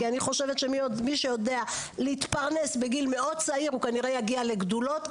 כי אני חושבת שמי שיודע להתפרנס בגיל מאוד צעיר כנראה יגיע לגדולות,